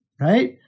right